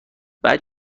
بعد